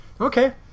Okay